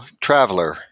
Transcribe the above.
traveler